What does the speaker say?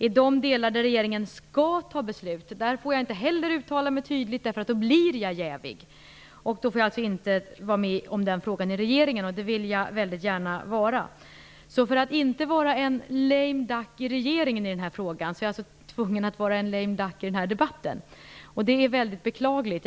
I de delar där regeringen skall fatta beslut får jag inte heller uttala mig tydligt, därför att då blir jag jävig och får inte vara med och behandla den frågan i regeringen, och det vill jag väldigt gärna vara. Alltså: För att inte vara en lame duck i regeringen i den här frågan är jag tvungen att vara en lame duck i den här debatten. Det är väldigt beklagligt.